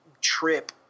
trip